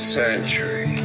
century